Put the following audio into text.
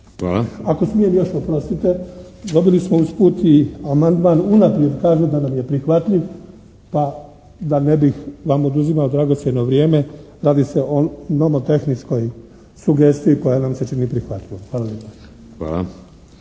Ako smijem još, oprostite. Dobili smo usput i amandman unaprijed kažem da nam je prihvatljiv, pa da ne bih vam oduzimao dragocjeno vrijeme, radi se o nomotehničkoj sugestiji koja nam se čini prihvatljivom. Hvala